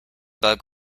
bug